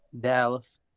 Dallas